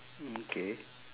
okay